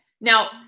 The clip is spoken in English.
Now